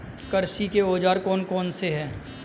कृषि के औजार कौन कौन से हैं?